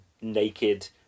naked